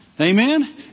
Amen